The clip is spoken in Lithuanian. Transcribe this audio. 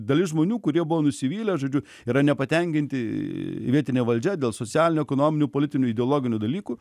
dalis žmonių kurie buvo nusivylę žodžiu yra nepatenkinti vietine valdžia dėl socialinių ekonominių politinių ideologinių dalykų